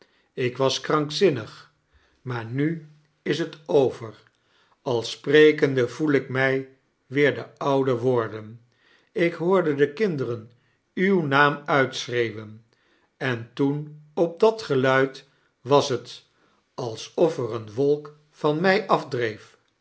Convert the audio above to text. ik was krankzinndg maar nu ie het over al spciekemde voel ik mij weer de oude worde n flk hoorde de kinderen uw naaxn uifcschreeuwen en toen op dat geuid was t alsof ear een wolk van mij afdreef